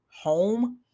home